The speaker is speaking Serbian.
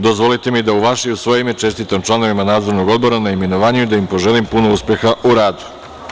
Dozvolite mi da u vaše i u svoje ime čestitam članovima Nadzornog odbora na imenovanju i da im poželim puno uspeha u radu.